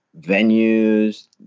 venues